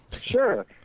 Sure